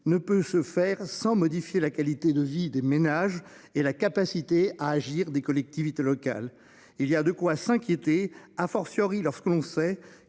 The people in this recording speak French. ne peut se faire sans modifier la qualité de vie des ménages et la capacité à agir des collectivités locales. Il y a de quoi s'inquiéter à fortiori lorsqu'on sait